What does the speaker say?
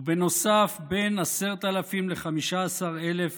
ובנוסף בין 10,000 ל-15,000